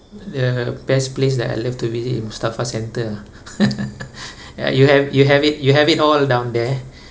the best place that I love to visit is mustafa centre ah ya you have you have it you have it all down there